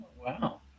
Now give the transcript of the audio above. Wow